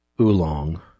Oolong